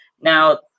now